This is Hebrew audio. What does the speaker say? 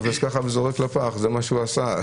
זה מה שהוא עשה.